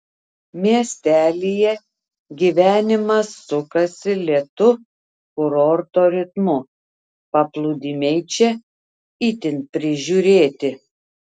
miestelyje gyvenimas sukasi lėtu kurorto ritmu paplūdimiai čia itin prižiūrėti